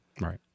Right